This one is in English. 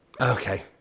Okay